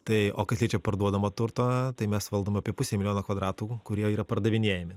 tai o kas liečia parduodamą turtą tai mes valdom apie pusę milijono kvadratų kurie yra pardavinėjami